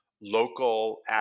local